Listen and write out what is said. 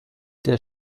der